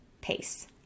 pace